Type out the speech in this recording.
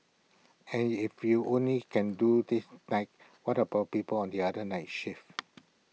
and if you only can do this night what about people on the other night shift